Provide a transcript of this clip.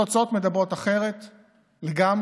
התוצאות מדברות אחרת לגמרי.